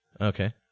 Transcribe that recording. Okay